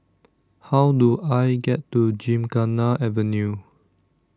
How Do I get to Gymkhana Avenue